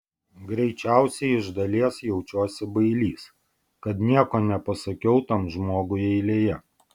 greičiausiai iš dalies jaučiuosi bailys kad nieko nepasakiau tam žmogui eilėje